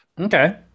Okay